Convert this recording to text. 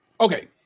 Okay